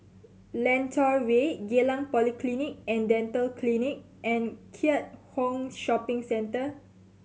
Lentor Way Geylang Polyclinic And Dental Clinic and Keat Hong Shopping Centre